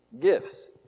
gifts